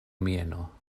mieno